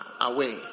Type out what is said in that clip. away